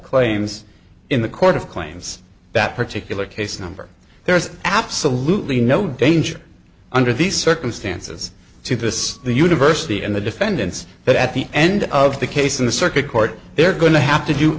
claims in the court of claims that particular case number there is absolutely no danger under these circumstances to this the university and the defendants that at the end of the case in the circuit court they're going to have to do